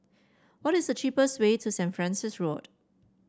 what is the cheapest way to Saint Francis Road